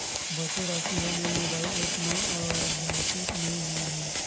बचे राशि हा मोर मोबाइल ऐप मा आद्यतित नै होए हे